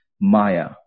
Maya